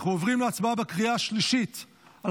אנחנו עוברים להצבעה בקריאה השלישית על